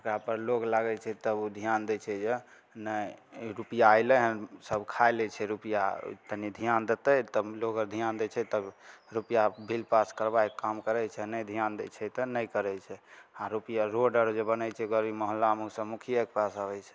ओकरापर लोक लागय छै तब ओ ध्यान दै छै जे नहि ई रुपैआ अयलइ हन सब खा लै छै रुपैआ तनी ध्यान देतय तब लोग आर ध्यान दै छै तब रुपैआ बिल पास करबाइक काम करय छै नहि ध्यान दै छै तऽ नहि करय छै आओर रुपैआ रोड आर जे बनय छै गली मुहल्लामे तऽ मुखियेके पास अबय छै